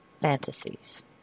fantasies